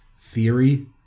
theory